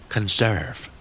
Conserve